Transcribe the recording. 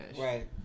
Right